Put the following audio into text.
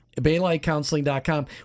Baylightcounseling.com